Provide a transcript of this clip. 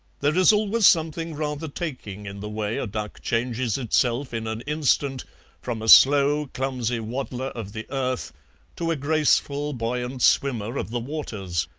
there is always something rather taking in the way a duck changes itself in an instant from a slow, clumsy waddler of the earth to a graceful, buoyant swimmer of the waters,